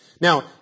Now